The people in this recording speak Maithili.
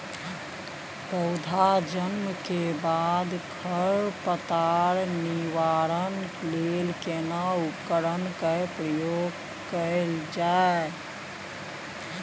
पौधा जन्म के बाद खर पतवार निवारण लेल केना उपकरण कय प्रयोग कैल जाय?